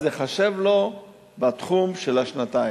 אז ייחשב לו בתחום של השנתיים.